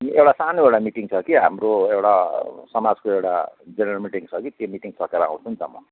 एउटा सानो एउटा मिटिङ छ कि हाम्रो एउटा समाजको एउटा जेनेरल मिटिङ छ कि त्यो मिटिङ सकेर आउँछु नि त म